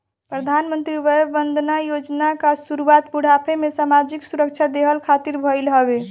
प्रधानमंत्री वय वंदना योजना कअ शुरुआत बुढ़ापा में सामाजिक सुरक्षा देहला खातिर भईल हवे